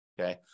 Okay